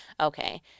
Okay